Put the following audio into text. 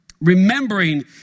Remembering